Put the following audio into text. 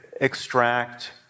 extract